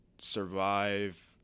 survive